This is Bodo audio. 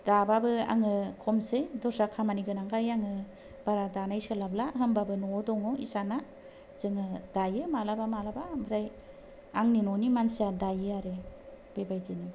दाबाबे आङो खमसै दस्रा खामानि गोनांखाय आङो बारा दानाय सोलाब्ला होमबाबो न'वाव दङ' इसाना जोङो दायो मालाबा मालाबा आमफ्राय आंनि न'नि मानसिया दायो आरो बेबायदिनो